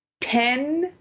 Ten